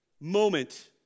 moment